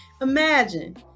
Imagine